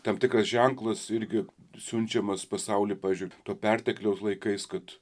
tam tikras ženklas irgi siunčiamas pasaulį pavyzdžiui to pertekliaus laikais kad